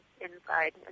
inside